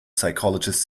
psychologist